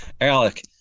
Alec